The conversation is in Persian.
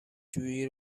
جویی